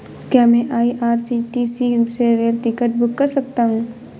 क्या मैं आई.आर.सी.टी.सी से रेल टिकट बुक कर सकता हूँ?